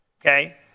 okay